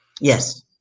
Yes